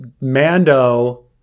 Mando